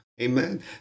Amen